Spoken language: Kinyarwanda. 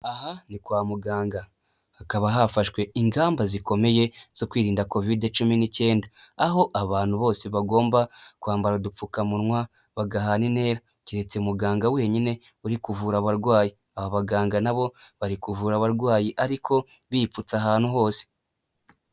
Aha ni kwa muganga hakaba hafashwe ingamba zikomeye zo kwirinda covid cumi n'icyenda aho abantu bose bagomba kwambara udupfukamunwa, bagahana intera, keretse muganga wenyine uri kuvura abarwayi, aba baganga na bo bari kuvura abarwayi ariko bipfutse ahantu hose.